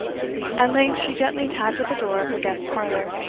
at length she gently tapped at the door of her guest's parlour.